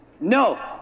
No